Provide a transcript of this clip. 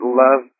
love